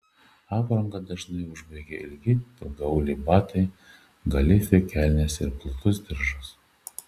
aprangą dažnai užbaigia ilgi ilgaauliai batai galifė kelnės ir platus diržas